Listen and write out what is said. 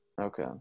Okay